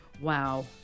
Wow